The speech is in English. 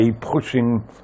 pushing